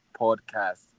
Podcast